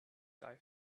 guy